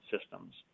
systems